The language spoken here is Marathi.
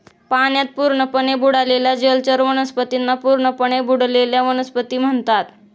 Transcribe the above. पाण्यात पूर्णपणे बुडालेल्या जलचर वनस्पतींना पूर्णपणे बुडलेल्या वनस्पती म्हणतात